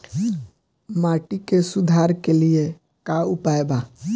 माटी के सुधार के लिए का उपाय बा?